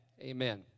amen